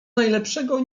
najlepszego